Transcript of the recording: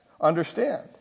Understand